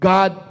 God